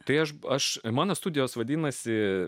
tai aš aš mano studijos vadinasi